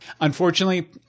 Unfortunately